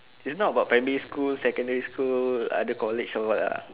it's not about primary school secondary school other college or what lah